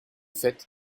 fait